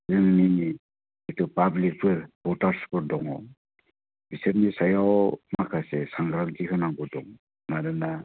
जोंनि जिथु पाब्लिकफोर भटार्सफोर दङ बिसोरनि सायाव माखासे सांग्रांथि होनांगौ दं मानोना